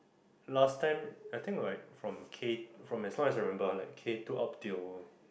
last time I think like from K from as long as I remember from K two up till